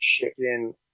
Chicken